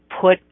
put